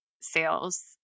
sales